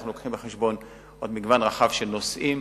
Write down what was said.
אנחנו לוקחים בחשבון עוד מגוון רחב של נושאים.